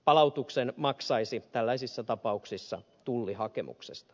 palautuksen maksaisi tällaisissa tapauksissa tulli hakemuksesta